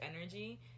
energy